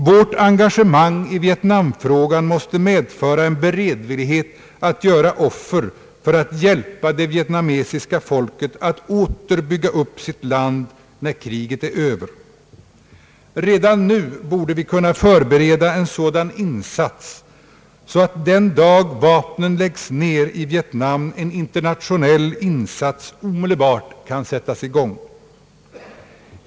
Vårt engagemang i vietnamfrågan måste medföra en beredvillighet att göra offer för att hjälpa det vietnamesiska folket att åter bygga upp sitt land när kriget är över. Redan nu borde vi kunna förbereda oss så att den dag vapnen läggs ner i Vietnam en internationell insats omedelbart kan sättas i gång.